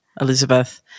Elizabeth